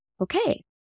okay